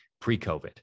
pre-COVID